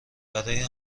برای